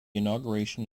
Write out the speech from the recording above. inauguration